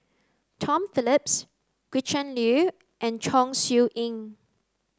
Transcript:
Tom Phillips Gretchen Liu and Chong Siew Ying